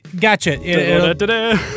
Gotcha